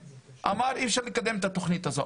אמר אי אפשר לקדם את התכנית הזו.